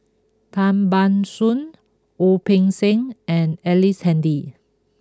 Tan Ban Soon Wu Peng Seng and Ellice Handy